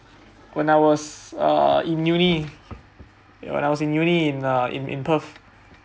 when I was uh in uni when I was in uni in uh in perth